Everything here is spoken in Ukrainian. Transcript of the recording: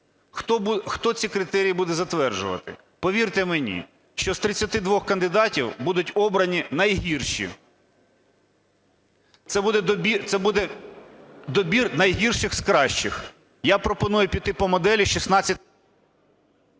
Хто ці критерії буде затверджувати? Повірте мені, що з 32 кандидатів будуть обрані найгірші. Це буде добір найгірших з кращих. Я пропоную піти по моделі… ГОЛОВУЮЧИЙ.